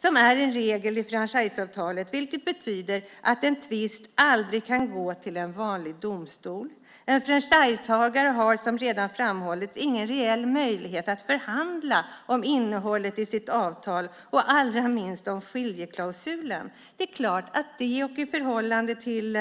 Det är en regel i franchiseavtalet som betyder att en tvist aldrig kan gå till en vanlig domstol. En franchisetagare har, som redan har framhållits, ingen reell möjlighet att förhandla om innehållet i avtalet och allra minst om skiljeklausulen. Det är klart att i förhållande till